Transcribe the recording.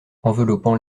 enveloppant